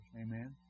Amen